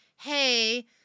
hey